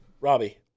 Robbie